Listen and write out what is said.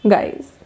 Guys